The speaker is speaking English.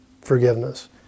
forgiveness